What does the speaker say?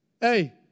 hey